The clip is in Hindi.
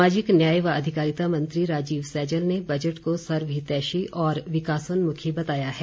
सामाजिक न्याय व अधिकारिता मंत्री राजीव सैजल ने बजट को सर्वहितैषी और विकासोन्मुखी बताया है